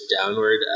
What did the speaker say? downward